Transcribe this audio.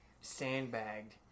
sandbagged